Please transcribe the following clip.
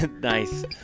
nice